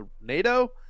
NATO